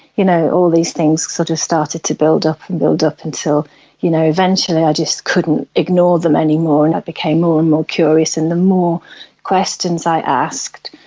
you know all these things sort of started to build up and build up until you know eventually i just couldn't ignore them anymore and i became more and more curious. and the more questions i asked,